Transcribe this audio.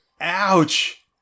Ouch